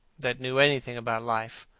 that knew anything about life,